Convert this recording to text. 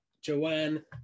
Joanne